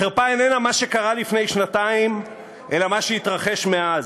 החרפה איננה מה שקרה לפני שנתיים אלא מה שהתרחש מאז.